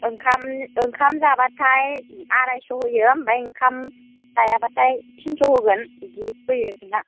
ओंखाम ओंखाम जाबाथाय आरायस' होयो आमफ्राय ओंखाम जायाबाथाय तिन छ' होगोन बिदि होयो जोंना